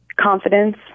confidence